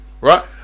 right